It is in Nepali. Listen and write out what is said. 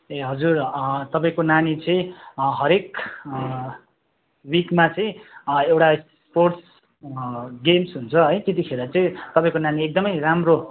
ए हजुर तपाईँको नानी चाहिँ हरेक विकमा चाहिँ एउटा स्पोर्ट्स गेम्स् हुन्छ है त्यतिखेर चाहिँ तपाईँको नानी एकदमै राम्रो